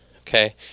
okay